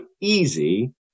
easy